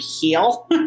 heal